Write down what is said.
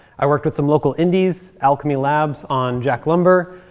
i worked with some local indies, alchemy labs on jack lumber,